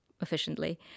efficiently